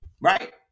Right